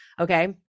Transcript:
Okay